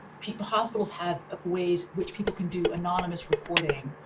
people hospitals have a ways which people can do anonymous reporting.